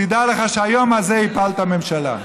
תדע לך שהיום הזה הפלת ממשלה.